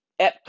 Epcot